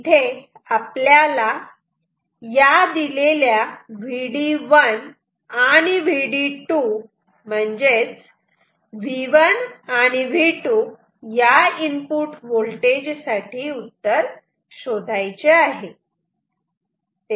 इथे आपल्याला या दिलेल्या Vd1 आणि Vd2 म्हणजे V1 आणि V2 या इनपुट व्होल्टेज साठी उत्तर शोधायचे आहे